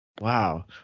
Wow